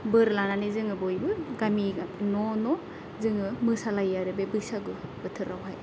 बोर लानानै जोङो बयबो गामि गामि न' न' जोङो मोसालायो आरो बे बैसागु बोथोरावहाय